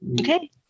Okay